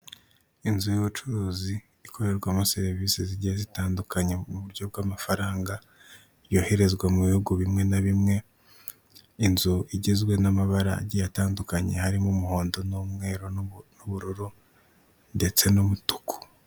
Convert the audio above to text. Inzu y'ubucuruzi ikorerwamo serivise zigiye zitandukanye mu buryo bw'amafaranga yoherezwa mu bihugu bimwe na bimwe, inzu igizwe n'amabara agiye atandukanye harimo umuhondo n'umweru n'ubururu ndetse n'umutuku.